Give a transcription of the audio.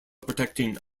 protecting